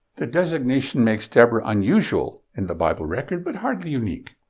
that designation makes deborah unusual in the bible record but hardly unique.